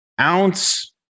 ounce